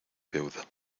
deuda